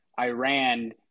Iran